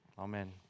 Amen